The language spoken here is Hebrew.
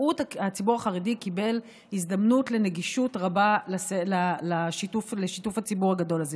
הציבור החרדי קיבל הזדמנות לנגישות רבה לשיתוף הציבור הגדול הזה.